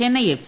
Chennai F